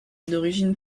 d’origine